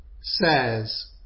says